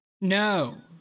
no